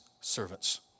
servants